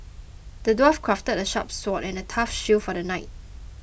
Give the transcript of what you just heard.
the dwarf crafted a sharp sword and a tough shield for the knight